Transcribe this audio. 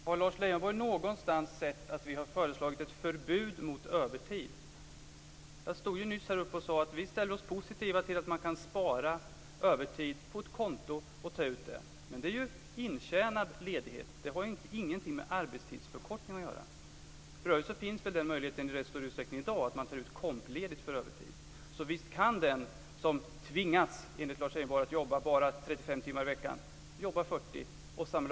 Herr talman! Har Lars Leijonborg någonstans sett att vi har föreslagit ett förbud mot övertid? Jag stod nyss här uppe i talarstolen och sade att vi ställer oss positiva till att man kan spara övertid på ett konto och ta ut den. Men det är intjänad ledighet. Det har ingenting med arbetstidsförkortning att göra. För övrigt så finns väl den möjligheten i rätt stor utsträckning i dag. Man tar ut kompledigt för övertid. Visst kan den som "tvingas", enligt Lars Leijonborg, att jobba bara